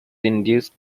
induced